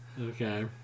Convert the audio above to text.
Okay